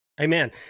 Amen